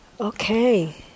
Okay